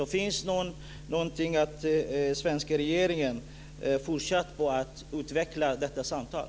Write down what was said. Fortsätter den svenska regeringen att utveckla dessa samtal?